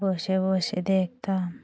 বসে বসে দেখতাম